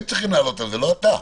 הם צריכים לעלות על זה ולא אתה.